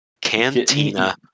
Cantina